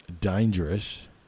dangerous